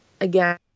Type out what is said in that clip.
again